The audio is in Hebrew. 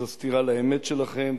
זו סטירה לאמת שלכם,